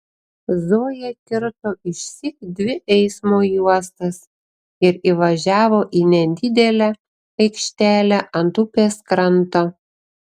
zoja kirto išsyk dvi eismo juostas ir įvažiavo į nedidelę aikštelę ant upės kranto